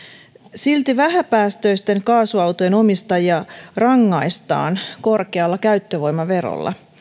silti vähäpäästöisten kaasuautojen omistajia rangaistaan korkealla käyttövoimaverolla